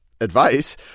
advice